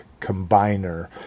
Combiner